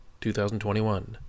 2021